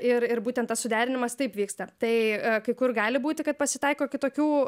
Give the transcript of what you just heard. ir ir būtent tas suderinimas taip vyksta tai kai kur gali būti kad pasitaiko kitokių